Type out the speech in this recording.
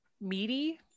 meaty